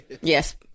Yes